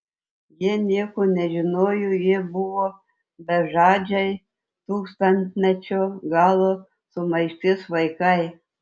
jie nieko nežinojo jie buvo bežadžiai tūkstantmečio galo sumaišties vaikai